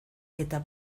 eta